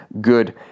good